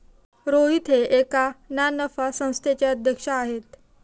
रोहित हे एका ना नफा संस्थेचे अध्यक्ष आहेत